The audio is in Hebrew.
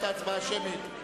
ההצבעה השמית.